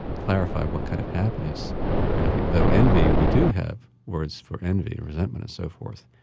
clarify what kind of happiness you're having. though envy we do have words for envy, resentment and so forth.